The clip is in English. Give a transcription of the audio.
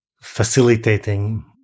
facilitating